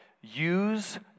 use